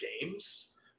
games